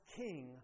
king